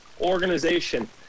organization